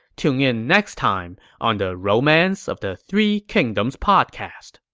tune in next time on the romance of the three kingdoms podcast.